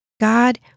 God